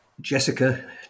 Jessica